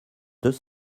deux